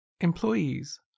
employees